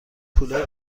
کولر